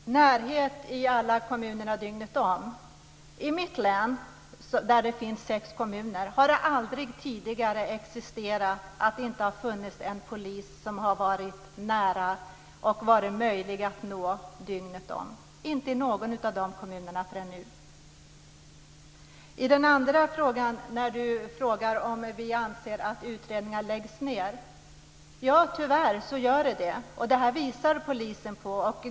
Fru talman! Först gällde det detta med närhet i alla kommuner dygnet runt. I mitt hemlän finns det sex kommuner. Där har det aldrig tidigare varit så att det inte har funnits en polis som har varit nära och varit möjlig att nå dygnet runt. Det har inte varit så i någon av dessa kommuner förrän nu. Sedan frågade Alice Åström om vi anser att utredningar läggs ned utan att det är befogat. Ja, tyvärr sker det. Det visar polisen på.